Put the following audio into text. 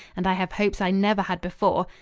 and i have hopes i never had before.